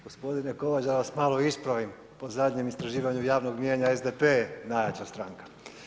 Gospodine Kovač da vas malo ispravim, po zadnjem istraživanju javnog mijenja SDP je najjača stranka.